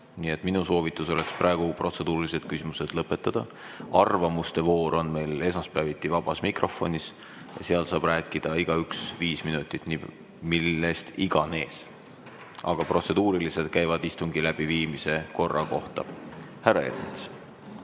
Nii et minu soovitus oleks praegu protseduurilised küsimused lõpetada. Arvamuste voor on meil esmaspäeviti vabas mikrofonis, seal saab rääkida igaüks viis minutit millest iganes. Aga protseduurilised küsimused käivad istungi läbiviimise korra kohta. Härra Ernits.